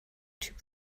typ